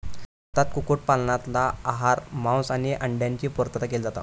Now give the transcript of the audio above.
भारतात कुक्कुट पालनातना आहारात मांस आणि अंड्यांची पुर्तता केली जाता